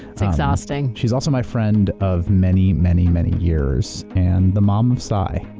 it's exhausting. she's also my friend of many, many, many years and the mom of cy.